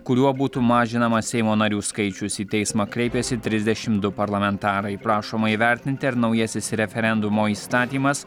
kuriuo būtų mažinamas seimo narių skaičius į teismą kreipėsi trisdešim du parlamentarai prašoma įvertinti ar naujasis referendumo įstatymas